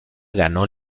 ganó